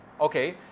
Okay